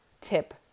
tip